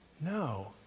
no